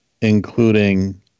including